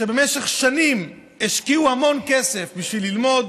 שבמשך שנים השקיעו המון כסף בשביל ללמוד,